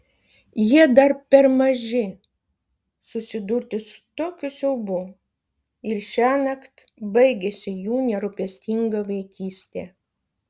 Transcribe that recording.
jie dar per maži susidurti su tokiu siaubu ir šiąnakt baigiasi jų nerūpestinga vaikystė